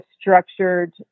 structured